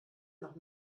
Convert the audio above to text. nach